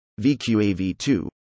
VQAV2